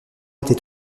était